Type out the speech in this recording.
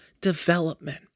development